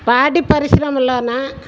పాడి పరిశ్రమలోనా